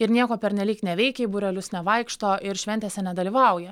ir nieko pernelyg neveikia į būrelius nevaikšto ir šventėse nedalyvauja